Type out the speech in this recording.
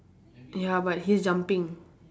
ya but he's jumping